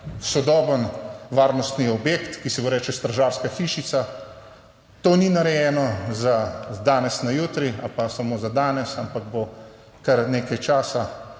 sodoben varnostni objekt, ki se mu reče stražarska hišica. To ni narejeno od danes na jutri ali pa samo za danes, ampak bo kar nekaj časa